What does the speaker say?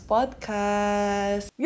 Podcast